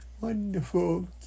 Wonderful